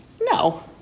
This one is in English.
No